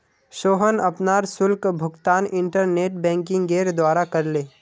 सोहन अपनार शुल्क भुगतान इंटरनेट बैंकिंगेर द्वारा करले